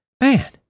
man